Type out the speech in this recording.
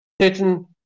certain